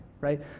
right